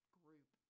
group